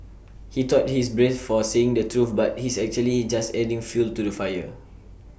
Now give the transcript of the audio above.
he thought he's brave for saying the truth but he's actually just adding fuel to the fire